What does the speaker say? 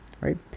right